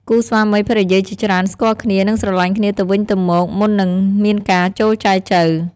គូស្វាមីភរិយាជាច្រើនស្គាល់គ្នា និងស្រលាញ់គ្នាទៅវិញទៅមកមុននឹងមានការចូលចែចូវ។